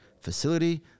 facility